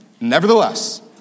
Nevertheless